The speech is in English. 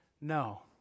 No